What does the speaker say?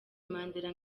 mandela